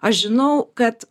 aš žinau kad